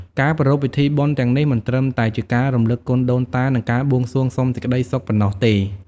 ការប្រារព្ធពិធីបុណ្យទាំងនេះមិនត្រឹមតែជាការរំលឹកគុណដូនតា និងការបួងសួងសុំសេចក្តីសុខប៉ុណ្ណោះទេ។